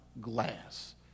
glass